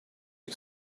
you